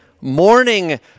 morning